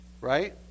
right